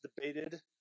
debated